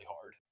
hard